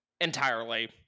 entirely